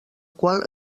qual